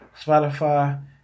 Spotify